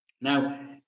Now